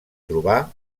trobà